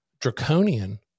draconian